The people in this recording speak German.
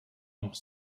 noch